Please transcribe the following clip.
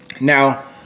Now